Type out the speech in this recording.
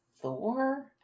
Thor